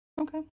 Okay